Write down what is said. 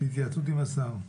בהתייעצות עם השר.